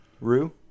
rue